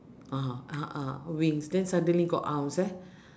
(uh huh) a'ah wings then suddenly got arms eh